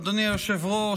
אדוני היושב-ראש,